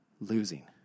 losing